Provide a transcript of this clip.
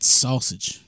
sausage